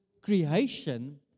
creation—